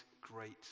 great